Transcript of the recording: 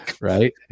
Right